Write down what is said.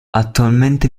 attualmente